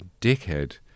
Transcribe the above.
dickhead